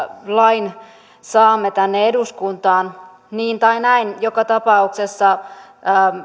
lain saamme tänne eduskuntaan niin tai näin joka tapauksessa